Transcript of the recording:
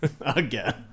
again